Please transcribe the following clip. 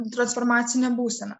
transformacinė būsena